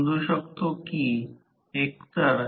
672 kilowatt तास असेल